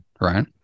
right